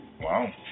Wow